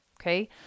Okay